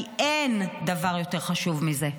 כי אין דבר יותר חשוב מזה.